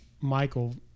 Michael